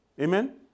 Amen